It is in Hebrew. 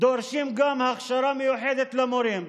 דורשים גם הכשרה מיוחדת למורים,